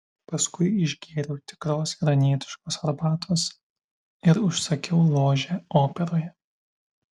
paskui išgėriau tikros iranietiškos arbatos ir užsakiau ložę operoje